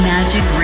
Magic